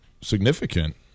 significant